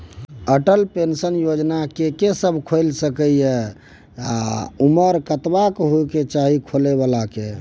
Atal pension Yojana के के सब खोइल सके इ आ उमर कतबा होय चाही खोलै बला के?